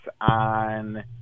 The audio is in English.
on